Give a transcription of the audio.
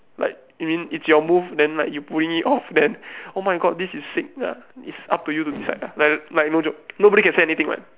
like it mean it's your move then you like you pulling it off then oh my god this is sick ya is up to you to decide lah like like no jokes nobody can say anything what